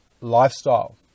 lifestyle